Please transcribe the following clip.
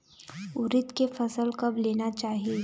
उरीद के फसल कब लेना चाही?